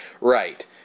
Right